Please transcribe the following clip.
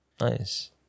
Nice